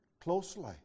closely